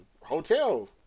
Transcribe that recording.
hotel